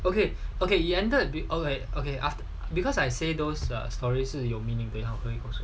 okay okay he ended okay okay okay after because I say those stories 是 meaning